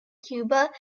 cuba